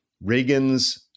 Reagan's